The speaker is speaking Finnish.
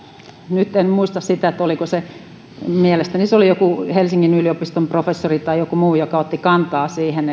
nyt en muista häntä mielestäni hän oli helsingin yliopiston professori tai joku muu joka otti kantaa siihen